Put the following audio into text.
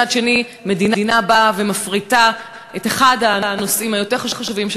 ומצד שני מדינה באה ומפריטה את אחד הנושאים החשובים יותר,